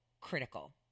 critical